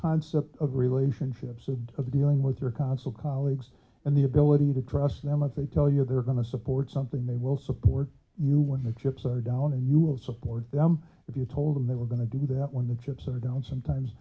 concept of relationships and of dealing with your consul colleagues and the ability to trust them if they tell you they're going to support something they will support you when the chips are down and you will support them if you told them they were going to do that when the chips are down sometimes